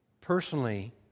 personally